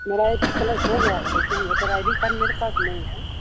मेरा eighteen plus हो गया है लेकिन वोटर आई डी कार्ड मेरे पास नहीं है